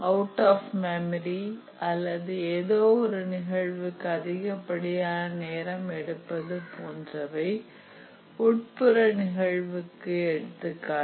out of memory அல்லது ஏதோ ஒரு நிகழ்வுக்கு அதிகப்படியான நேரம் எடுப்பது போன்றவை உட்புற நிகழ்விற்கு எடுத்துக்காட்டு